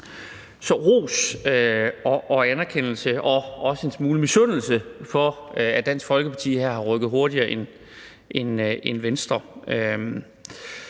Så ros og anerkendelse og også en smule misundelse over, at Dansk Folkeparti her har rykket hurtigere end Venstre.